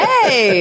Hey